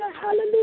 hallelujah